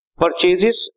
purchases